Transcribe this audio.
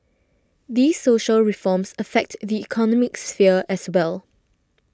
these social reforms affect the economic sphere as well